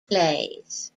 plays